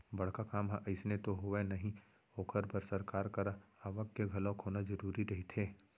बड़का काम ह अइसने तो होवय नही ओखर बर सरकार करा आवक के घलोक होना जरुरी रहिथे